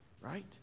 Right